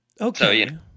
Okay